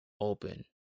open